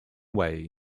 way